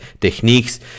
techniques